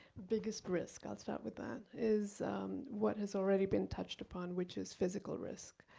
biggest risk, i'll start with that, is what has already been touched upon, which is physical risk,